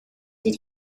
did